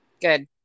Good